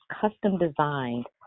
custom-designed